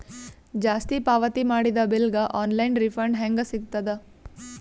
ಜಾಸ್ತಿ ಪಾವತಿ ಮಾಡಿದ ಬಿಲ್ ಗ ಆನ್ ಲೈನ್ ರಿಫಂಡ ಹೇಂಗ ಸಿಗತದ?